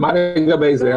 מה לגבי זה?